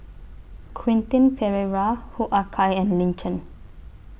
Quentin Pereira Hoo Ah Kay and Lin Chen